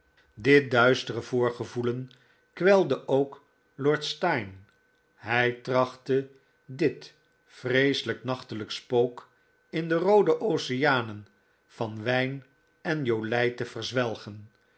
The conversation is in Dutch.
dit duistere voorgevoelen kwelde ook lord steyne hij trachtte dit vreeselijk nachtelijk spook in de roode oceanen van wijn en jolijt te verzwelgen